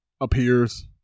appears